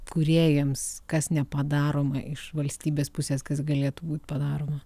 kūrėjams kas nepadaroma iš valstybės pusės kas galėtų būt padaroma